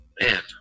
Man